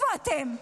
איפה אתם?